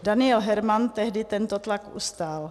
Daniel Herman tehdy tento tlak ustál.